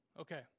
Okay